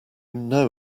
know